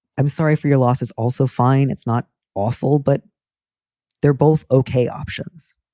i'm sorry for your loss is also fine it's not awful, but they're both ok options.